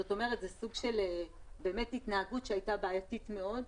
זה סוג של התנהגות שהייתה בעייתית מאוד.